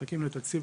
מחכים לתקציב.